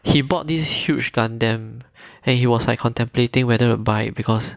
he bought this huge gundam and he was like contemplating whether to buy it because